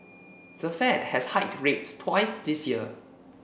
the Fed has hiked rates twice this year